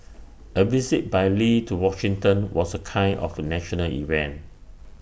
A visit by lee to Washington was A kind of national event